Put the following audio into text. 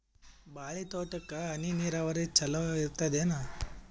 ಬಾಳಿ ತೋಟಕ್ಕ ಹನಿ ನೀರಾವರಿ ಚಲೋ ಇರತದೇನು?